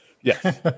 Yes